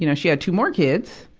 you know she had two more kids.